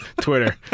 Twitter